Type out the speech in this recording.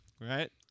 Right